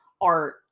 art